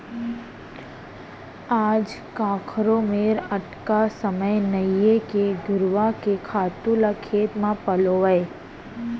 आज काकरो मेर अतका समय नइये के घुरूवा के खातू ल खेत म पलोवय